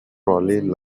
trolley